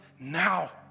now